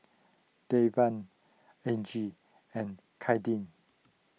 Davin Angie and Kadin